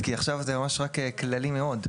כי עכשיו זה כללי מאוד.